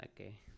okay